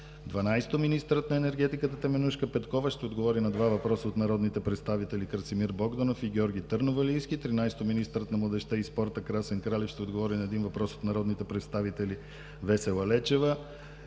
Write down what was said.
12. Министърът на енергетиката Теменужка Петкова ще отговори на два въпроса от народните представители Красимир Богданов; и Георги Търновалийски. 13. Министърът на младежта и спорта Красен Кралев ще отговори на един въпрос от народните представители Весела Лечева